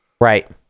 right